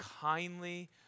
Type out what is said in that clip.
kindly